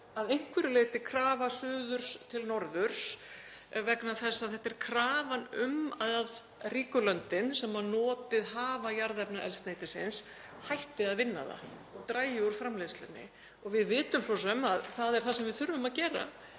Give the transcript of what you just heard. að einhverju leyti krafa suðurs til norðurs vegna þess að þetta er krafan um að ríku löndin sem notið hafa jarðefnaeldsneytisins hætti að vinna það og dragi úr framleiðslunni. Við vitum svo sem að það er það sem við þurfum að gera.